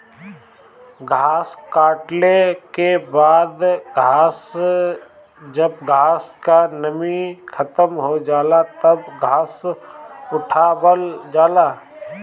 घास कटले के बाद जब घास क नमी खतम हो जाला तब घास उठावल जाला